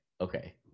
Okay